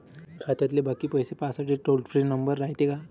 खात्यातले बाकी पैसे पाहासाठी टोल फ्री नंबर रायते का?